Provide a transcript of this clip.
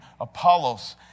Apollos